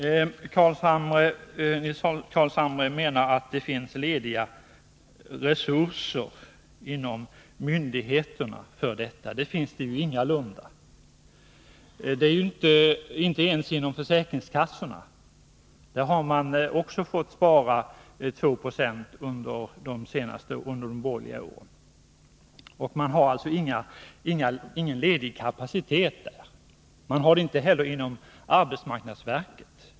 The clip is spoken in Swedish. Nils Carlshamre menar att det finns lediga resurser inom myndigheterna för detta. Det finns det ingalunda — inte ens inom försäkringskassorna. Där har man också fått spara 2 26 under de borgerliga åren, och man har alltså ingen ledig kapacitet. Man har det inte heller inom arbetsmarknadsverket.